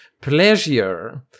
pleasure